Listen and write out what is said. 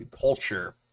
culture